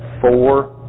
four